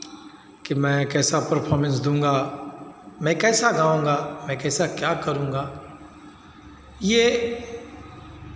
कि मैं कैसा परफाॅर्मेंस दूंगा मैं कैसा गाउंगा मैं कैसा क्या करूंगा ये